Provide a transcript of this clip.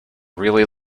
really